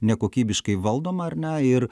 nekokybiškai valdoma ar ne ir